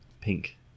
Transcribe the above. Pink